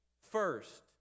first